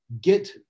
get